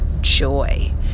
joy